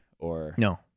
No